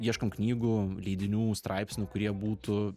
ieškom knygų leidinių straipsnių kurie būtų